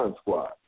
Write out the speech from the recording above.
squad